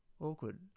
Awkward